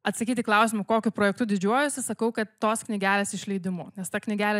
atsakyti į klausimą kokiu projektu didžiuojuosi sakau kad tos knygelės išleidimu nes ta knygelė